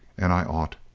and i ought!